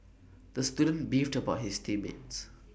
the student beefed about his team mates